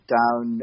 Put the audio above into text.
down